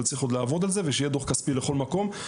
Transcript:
צריך עוד לעבוד על זה ושיהיה דוח כספי לכל מקום.